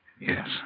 Yes